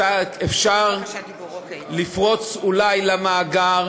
אולי אפשר לפרוץ למאגר,